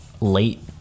late